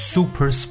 Super